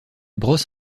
brosse